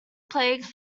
plagued